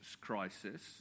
crisis